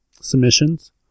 submissions